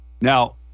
now